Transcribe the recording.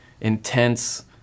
intense